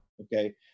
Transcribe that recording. Okay